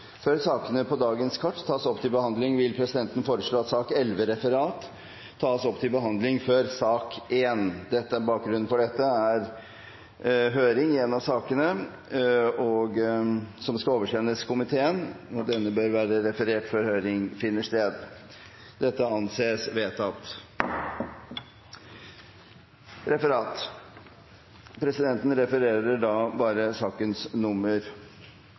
Før sakene på dagens kart tas opp til behandling, vil presidenten foreslå at sak nr. 11, Referat, tas opp til behandling før sak nr. 1. Bakgrunnen for dette er høring i en av sakene som skal oversendes komiteen. Denne bør være referert før høring finner sted. – Det anses vedtatt. Videre vil presidenten